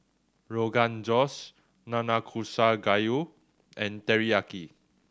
Rogan Josh Nanakusa Gayu and Teriyaki